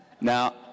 Now